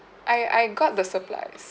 I I got the supplies